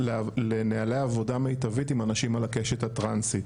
לנהלי עבודה מיטבית עם אנשים על הקשת הטרנסית.